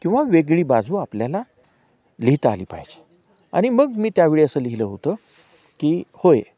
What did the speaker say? किंवा वेगळी बाजू आपल्याला लिहिता आली पाहिजे आणि मग मी त्यावेळी असं लिहिलं होतं की होय